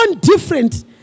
different